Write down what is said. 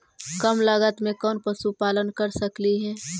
कम लागत में कौन पशुपालन कर सकली हे?